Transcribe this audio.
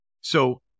So-